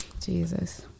Jesus